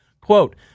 Quote